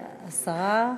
10,